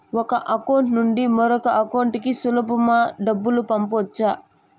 ఒక అకౌంట్ నుండి మరొక అకౌంట్ కు సులభమా డబ్బులు పంపొచ్చా